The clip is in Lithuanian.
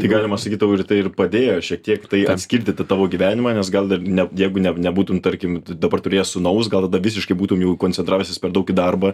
tai galima sakyt tau ir tai ir padėjo šiek tiek tai atskirti tą tavo gyvenimą nes gal ir net jeigu ne nebūtum tarkim tu dabar turėjęs sūnaus gal visiškai būtum jau koncentravęsis per daug į darbą